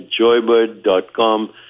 joybird.com